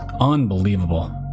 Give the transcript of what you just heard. unbelievable